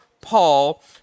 Paul